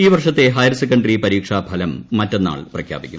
ഈ വർഷത്തെ ഹയർസെക്കണ്ടറി പരീക്ഷാഫലം മറ്റന്നാൾ പ്രഖ്യാപിക്കും